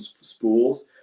spools